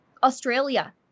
Australia